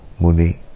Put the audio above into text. Muni